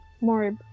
more